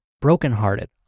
brokenhearted